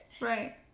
Right